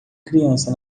criança